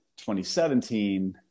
2017